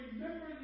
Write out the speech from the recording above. remember